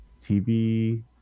TV